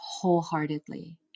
wholeheartedly